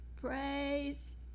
praise